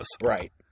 Right